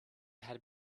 had